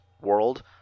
world